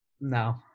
No